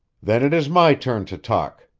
then it is my turn to talk!